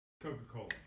Coca-Cola